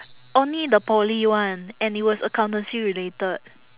only the poly [one] and it was accountancy related